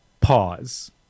pause